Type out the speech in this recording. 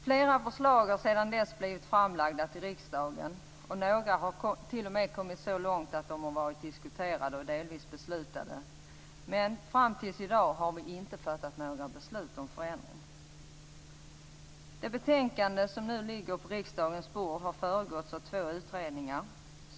Flera förslag har sedan dess blivit framlagda till riksdagen. Några har t.o.m. kommit så långt att de har varit diskuterade och delvis beslutade om. Men fram till i dag har vi inte fattat några beslut om förändring. Det betänkande som nu ligger på riksdagens bord har föregåtts av två utredningar.